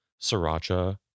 sriracha